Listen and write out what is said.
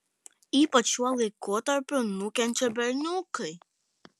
ypač šiuo laikotarpiu nukenčia berniukai